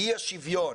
אי השוויון